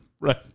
Right